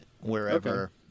wherever